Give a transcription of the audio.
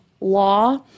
law